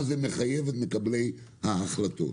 מה זה מחייב את מקבלי ההחלטות.